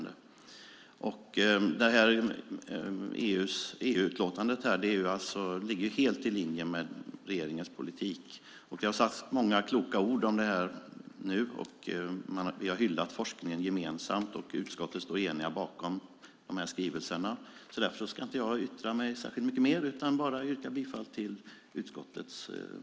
EU:s grönbok ligger helt i linje med regeringens politik. Det har sagts många kloka ord om detta nu. Vi har hyllat forskningen gemensamt, och utskottet står enigt bakom skrivningarna. Därför ska jag inte yttra mig särskilt mycket mer utan bara yrka bifall till utskottets förslag i utlåtandet.